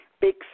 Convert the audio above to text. big